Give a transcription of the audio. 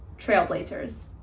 trailblazers.